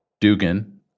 Dugan